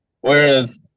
Whereas